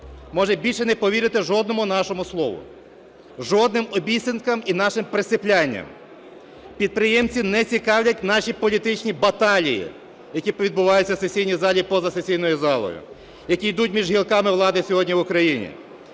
може більше не повірити жодному нашому слову, жодним обіцянкам і нашим присиплянням. Підприємців не цікавлять наші політичні баталії, які відбуваються в сесійній залі і поза сесійною залою, які йдуть між гілками влади сьогодні в Україні,